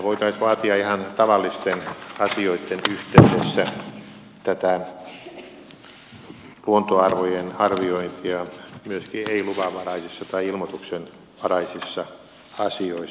tässähän voitaisiin vaatia ihan tavallisten asioitten yhteydessä tätä luontoarvojen arviointia myöskin ei luvanvaraisissa tai ilmoituksenvaraisissa asioissa